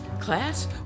Class